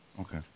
Okay